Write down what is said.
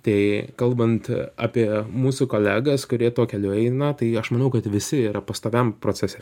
tai kalbant apie mūsų kolegas kurie tuo keliu eina tai aš manau kad visi yra pastoviam procese